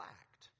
act